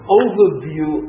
overview